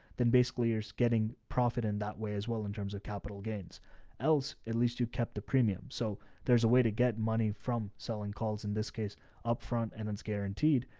then basically you're getting profit in that way as well. in terms of capital gains ells, at least you kept a premium. so there's a way to get money from selling calls in this case upfront. and it's guaranteed,